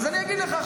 --- אז אני אגיד לך,